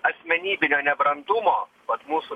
asmenybinio nebrandumo vat mūsų